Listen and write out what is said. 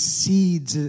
seeds